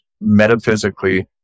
metaphysically